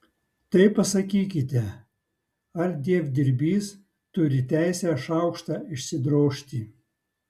tai pasakykite ar dievdirbys turi teisę šaukštą išsidrožti